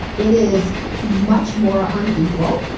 it is much more unequal.